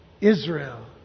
Israel